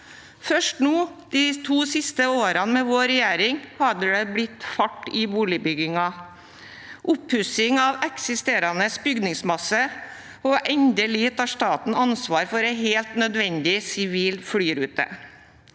Først de to siste årene, med vår regjering, har det blitt fart i boligbyggingen og oppussingen av eksisterende bygningsmasse, og endelig tar staten ansvar for en helt nødvendig sivil flyrute.